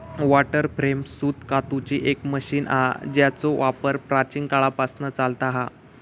water frame सूत कातूची एक मशीन हा जेचो वापर प्राचीन काळापासना चालता हा